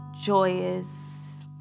joyous